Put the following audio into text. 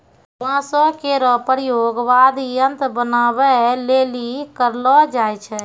बांसो केरो प्रयोग वाद्य यंत्र बनाबए लेलि करलो जाय छै